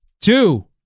two